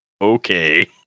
okay